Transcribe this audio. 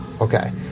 Okay